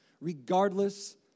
regardless